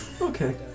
Okay